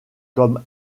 comme